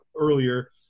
earlier